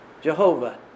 Jehovah